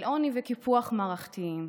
אל עוני וקיפוח מערכתיים.